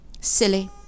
silly